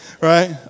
right